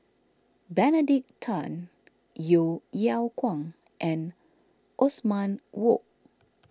Benedict Tan Yeo Yeow Kwang and Othman Wok